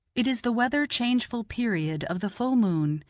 it is the weather-changeful period of the full moon,